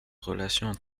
relations